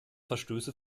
verstöße